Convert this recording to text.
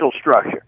structure